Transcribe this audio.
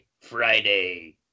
Friday